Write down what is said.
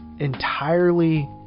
entirely